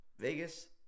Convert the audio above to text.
Vegas